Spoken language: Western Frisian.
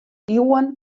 iuwen